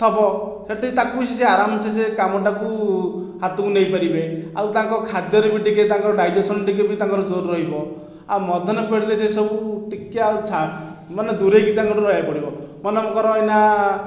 ଥିବ ସେଠି ତାକୁ ବି ସେ ଆରମସେ ସେ କାମଟାକୁ ହାତକୁ ନେଇ ପାରିବେ ଆଉ ତାଙ୍କ ଖାଦ୍ୟରେ ବି ଟିକେ ତାଙ୍କର ଡାଇଜେସନ ଟିକେ ବି ତାଙ୍କର ଜୋର ରହିବ ଆଉ ମଦନ ପେଡ଼ିରେ ସେସବୁ ଟିକେ ଆଉ ଛାଡ଼ ମାନେ ଦୂରେଇକି ତାଙ୍କଠୁ ରହିବାକୁ ପଡ଼ିବ ମନେ କର ଏଇନା